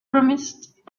promised